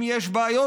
אם יש בעיות,